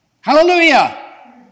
Hallelujah